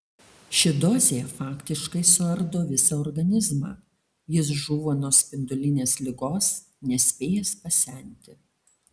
ši dozė faktiškai suardo visą organizmą jis žūva nuo spindulinės ligos nespėjęs pasenti